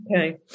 Okay